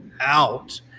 out